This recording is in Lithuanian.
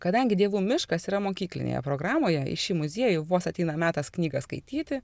kadangi dievų miškas yra mokyklinėje programoje į šį muziejų vos ateina metas knygą skaityti